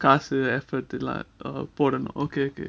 காசு:kaasu effort லாம் போடணும்:lam podanum okay okay